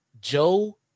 Joe